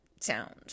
sound